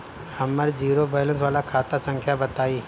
हमर zero balance वाला खाता संख्या बताई?